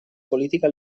política